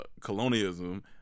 colonialism